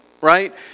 right